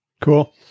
Cool